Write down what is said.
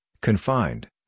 confined